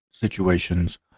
situations